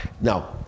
Now